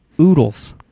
oodles